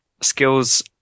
skills